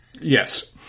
Yes